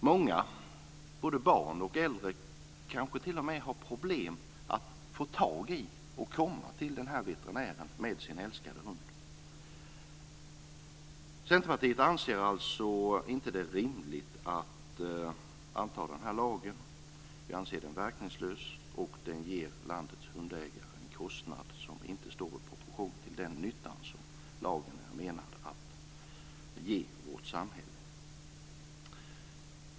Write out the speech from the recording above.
Många, både barn och äldre, kanske t.o.m. har problem med att få tag i och komma till en veterinär med sin älskade hund. Centerpartiet anser det inte rimligt att anta denna lag. Vi anser den verkningslös, och den ger landets hundägare en kostnad som inte står i proportion till den nytta som lagen är menad att ge åt samhället.